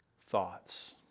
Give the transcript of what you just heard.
thoughts